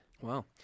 Wow